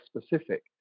specific